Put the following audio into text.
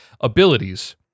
abilities